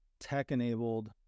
tech-enabled